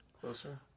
Closer